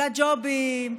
לג'ובים,